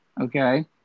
okay